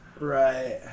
Right